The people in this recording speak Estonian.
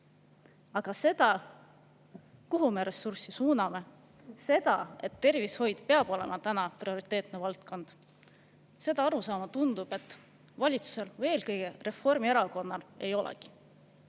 Aga seda, kuhu me ressurssi suuname, seda, et tervishoid peab olema täna prioriteetne valdkond – seda arusaama, tundub, valitsusel või eelkõige Reformierakonnal ei olegi.